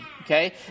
okay